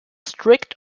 strict